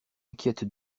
inquiète